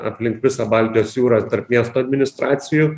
aplink visą baltijos jūrą tarp miestų administracijų